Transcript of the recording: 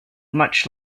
much